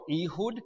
Ehud